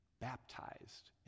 baptized